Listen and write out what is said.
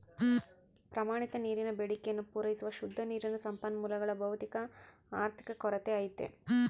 ಪ್ರಮಾಣಿತ ನೀರಿನ ಬೇಡಿಕೆಯನ್ನು ಪೂರೈಸುವ ಶುದ್ಧ ನೀರಿನ ಸಂಪನ್ಮೂಲಗಳ ಭೌತಿಕ ಆರ್ಥಿಕ ಕೊರತೆ ಐತೆ